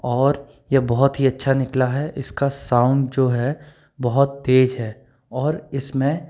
और यह बहुत ही अच्छा निकला है इसका साउन जो है बहुत तेज़ है और इस में